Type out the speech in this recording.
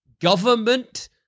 government